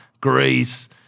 Greece